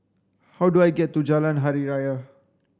how do I get to Jalan Hari Raya